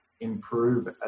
improve